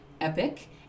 epic